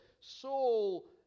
Saul